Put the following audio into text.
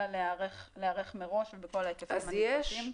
אלא להיערך מראש ובכל ההיקפים הנדרשים.